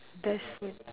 best food